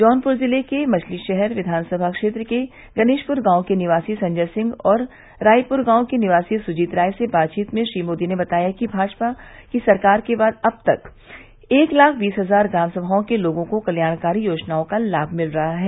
जौनपुर जिले के मछली शहर विधान सभा क्षेत्र के गनेशपुर गांव के निवासी संजय सिंह और राईपुर गांव के निवासी सुजीत राय से बातचीत में श्री मोदी ने बताया कि भाजपा की सरकार के बाद अब तक एक लाख बीस हजार ग्रामसभाओं के लोगों को कल्याणकारी योजनाओं का लाभ मिल रहा है